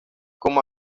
como